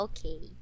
Okay